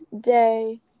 day